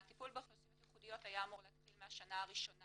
הטיפול באוכלוסיות ייחודיות היה אמור להתחיל מהשנה הראשונה